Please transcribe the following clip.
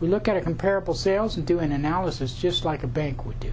we look at comparable sales and do an analysis just like a bank would do